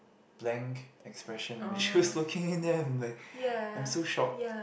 blank expression which I choose looking in them like I'm so shocked